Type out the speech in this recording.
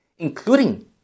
including